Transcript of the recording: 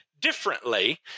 differently